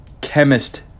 chemist